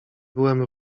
byłem